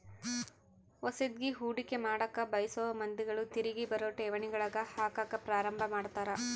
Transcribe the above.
ಹೊಸದ್ಗಿ ಹೂಡಿಕೆ ಮಾಡಕ ಬಯಸೊ ಮಂದಿಗಳು ತಿರಿಗಿ ಬರೊ ಠೇವಣಿಗಳಗ ಹಾಕಕ ಪ್ರಾರಂಭ ಮಾಡ್ತರ